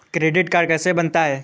Credit card कैसे बनता है?